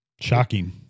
Shocking